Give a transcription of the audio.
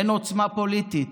אין עוצמה פוליטית.